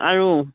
আৰু